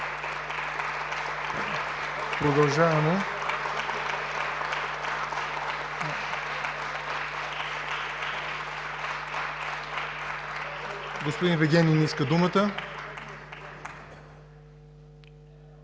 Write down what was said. Продължаваме. Господин Вигенин иска думата.